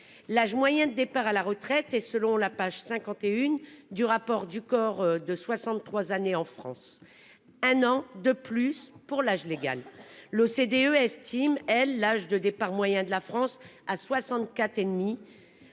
l'âge moyen de départ à la retraite et selon la page 51 du rapport du COR de 63 années en France. Un an de plus pour l'âge légal. L'OCDE estime elle l'âge de départ moyen de la France à 64.